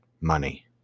money